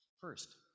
First